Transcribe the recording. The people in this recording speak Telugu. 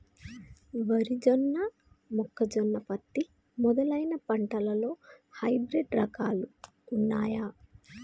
వరి జొన్న మొక్కజొన్న పత్తి మొదలైన పంటలలో హైబ్రిడ్ రకాలు ఉన్నయా?